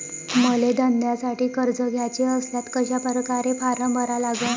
मले धंद्यासाठी कर्ज घ्याचे असल्यास कशा परकारे फारम भरा लागन?